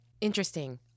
Interesting